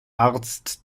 arzt